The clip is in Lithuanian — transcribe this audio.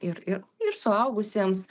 ir ir ir suaugusiems